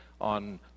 on